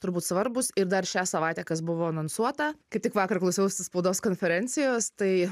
turbūt svarbūs ir dar šią savaitę kas buvo anonsuota kaip tik vakar klausiausi spaudos konferencijos tai